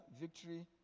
Victory